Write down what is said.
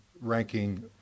ranking